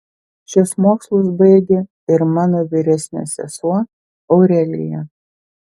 šiuos mokslus baigė ir mano vyresnė sesuo aurelija